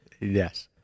Yes